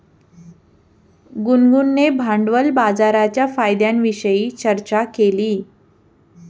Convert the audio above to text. गुनगुनने भांडवल बाजाराच्या फायद्यांविषयी चर्चा केली